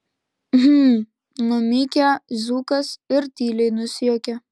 hm numykia zukas ir tyliai nusijuokia